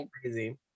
crazy